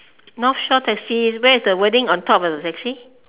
north shore taxi where is the wording on top of the taxi